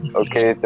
okay